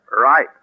Right